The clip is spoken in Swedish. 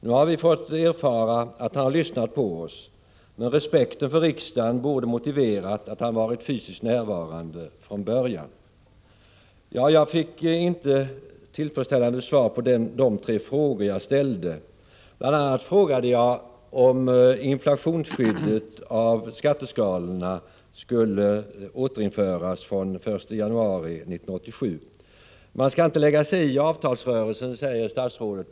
Nu har vi fått erfara att han har lyssnat på oss, men respekten för riksdagen borde ha motiverat att han varit fysiskt närvarande från början. Jag fick inte tillfredsställande svar på de tre frågor jag ställde. Bl.a. frågade jag om inflationsskyddet av skatteskalorna skulle återinföras från den 1 januari 1987. Man skall inte lägga sig i avtalsrörelsen, säger statsrådet.